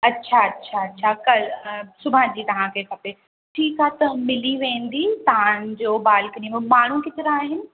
अच्छा अच्छा अच्छा कल्ह सुभाणे जी तव्हांखे खपे ठीकु आहे त मिली वेंदी तव्हांजो जो बालकनी जो माण्हू केतिरा आहिनि